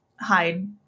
hide